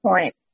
point